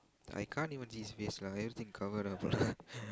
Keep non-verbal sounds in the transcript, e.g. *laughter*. I can't even see his face lah everything cover up lah *laughs*